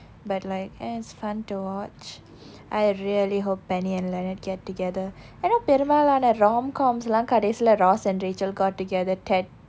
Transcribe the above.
but like eh it's fun to watch I really hope penny and leonard get together I know பெருமாளான:perumaalaana rom coms எல்லாம் கடைசில:ellaam kadaisila ross and rachel got together ted